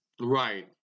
right